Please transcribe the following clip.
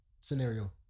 scenario